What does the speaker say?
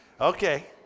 okay